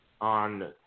on